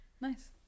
Nice